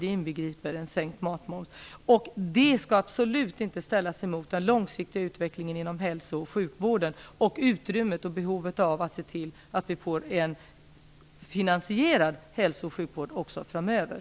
De inbegriper en sänkt matmoms, och det skall absolut inte ställas emot den långsiktiga utvecklingen inom hälso och sjukvården eller utrymmet för och behovet av att se till att vi får en finansierad hälso och sjukvård också framöver.